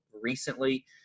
recently